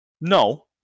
No